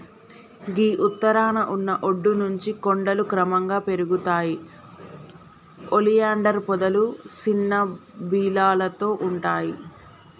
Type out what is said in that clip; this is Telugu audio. గీ ఉత్తరాన ఉన్న ఒడ్డు నుంచి కొండలు క్రమంగా పెరుగుతాయి ఒలియాండర్ పొదలు సిన్న బీలతో ఉంటాయి